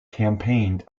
campaigned